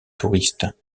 touristes